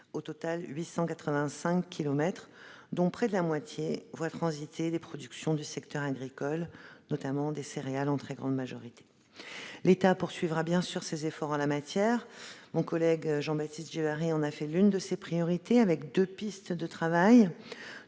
au total 885 kilomètres, dont près de la moitié voit transiter des productions du secteur agricole, des céréales en très grande majorité. L'État poursuivra bien sûr ses efforts en la matière. Mon collègue Jean-Baptiste Djebbari en a fait l'une de ses priorités en définissant deux pistes de travail.